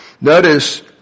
Notice